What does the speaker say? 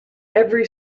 every